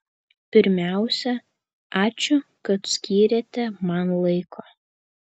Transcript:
pirmiausia ačiū kad skyrėte man laiko